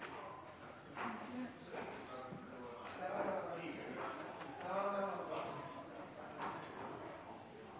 jeg